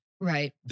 Right